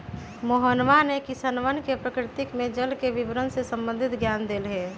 मोहनवा ने किसनवन के प्रकृति में जल के वितरण से संबंधित ज्ञान देलय